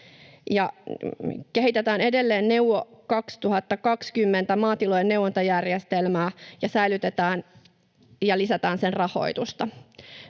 kehitetään edelleen Neuvo 2020:ta, maatilojen neuvontajärjestelmää, ja lisätään sen rahoitusta.